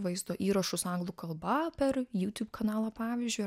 vaizdo įrašus anglų kalba per youtube kanalą pavyzdžiui